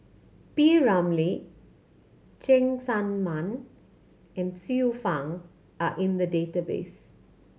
P Ramlee Cheng Tsang Man and Xiu Fang are in the database